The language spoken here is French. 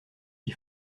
qui